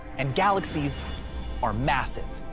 and galaxies are massive.